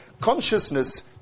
consciousness